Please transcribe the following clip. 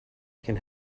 can